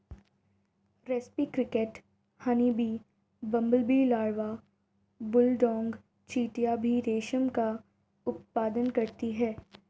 रेस्पी cricket, honeybee, bumblebee larva, bulldog चींटियां भी रेशम का उत्पादन करती हैं